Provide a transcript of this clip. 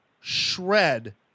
shred